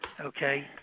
Okay